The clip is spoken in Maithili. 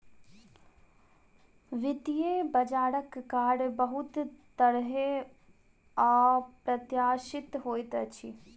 वित्तीय बजारक कार्य बहुत तरहेँ अप्रत्याशित होइत अछि